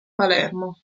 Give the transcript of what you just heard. palermo